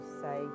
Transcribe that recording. say